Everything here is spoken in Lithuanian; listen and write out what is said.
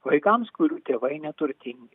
vaikams kurių tėvai neturtingi